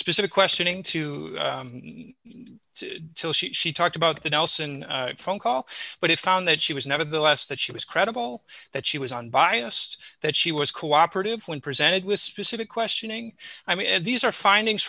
specific questioning to till she talked about the nelson phone call but it found that she was nevertheless that she was credible that she was unbiased that she was cooperative when presented with specific questioning i mean these are findings